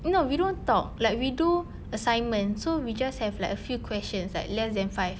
no we don't talk like we do assignments so we just have like a few questions like less than five